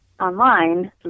online